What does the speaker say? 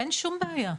אין שום בעיה.